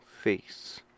face